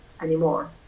anymore